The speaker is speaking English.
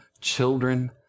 children